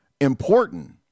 important